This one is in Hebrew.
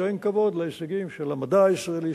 שאין כבוד להישגים של המדע הישראלי,